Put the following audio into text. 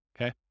okay